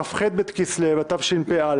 כ"ח בכסלו התשפ"א,